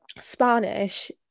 spanish